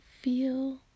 feel